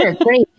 great